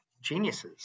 geniuses